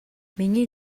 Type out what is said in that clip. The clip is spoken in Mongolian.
миний